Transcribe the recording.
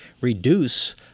reduce